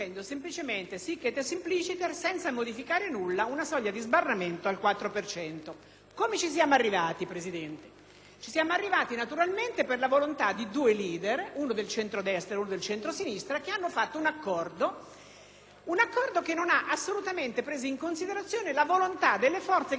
Come ci siamo arrivati, signora Presidente? Ci siamo arrivati per la volontà di due *leader,* uno di centro destra e uno di centro sinistra, che hanno fatto un accordo che non ha assolutamente preso in considerazione la volontà non solo delle forze presenti in questo Parlamento, ma anche e soprattutto di quelle che in questo Parlamento non sono potute entrare per una